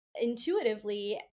intuitively